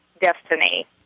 destiny